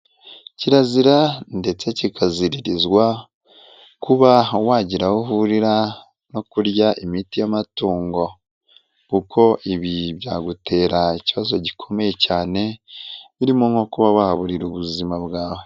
Kirazira ndetse kikaziririzwa kuba wagira aho uhurira no kurya imiti y'amatungo, kuko ibi byagutera ikibazo gikomeye cyane, birimo nko kuba wahaburira ubuzima bwawe.